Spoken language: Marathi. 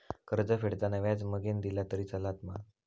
कर्ज फेडताना व्याज मगेन दिला तरी चलात मा?